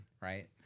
right